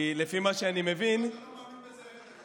כי לפי מה שאני מבין, אם אתה לא מאמין בזה, רד.